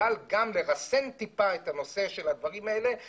עם זאת, יש כמה דברים שצריכים ריסון.